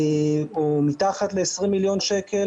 או מתחת ל-20 מיליון שקל